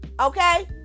Okay